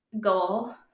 goal